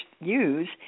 use